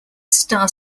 star